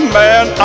man